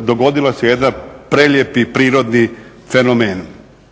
dogodila se jedan prelijepi prirodni fenomen.